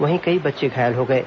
वहीं कई बच्चे घायल हो गए हैं